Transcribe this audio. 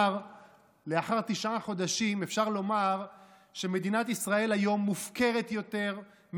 לאחר תשעה חודשים אפשר לומר שמדינת ישראל היום מופקרת יותר,